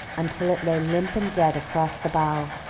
until it lay limp and dead across the bough.